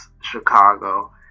Chicago